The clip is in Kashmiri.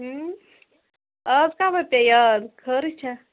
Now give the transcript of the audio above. اَز کپٲرۍ پیٚیہِ یاد خٲرٕے چھا